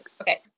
Okay